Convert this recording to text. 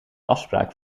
afspraak